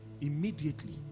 immediately